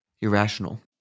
Irrational